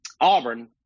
Auburn